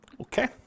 Okay